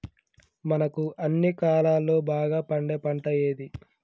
మనకు అన్ని కాలాల్లో బాగా పండే పంట ఏది?